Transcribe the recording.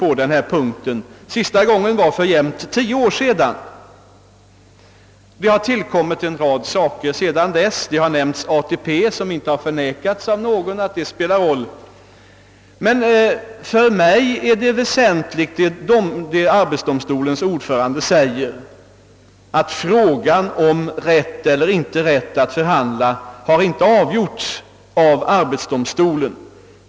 Frågan behandlades senast för jämnt tio år sedan. Sedan dess har en rad saker tillkommit. Ingen har förnekat att ATP spelar roll, men det uttalande som gjorts av arbetsdomstolens ordförande är för mig väsentligt. Han säger att frågan om rätt eller inte rätt att förhandla inte har avgjorts av arbetsdomstolen.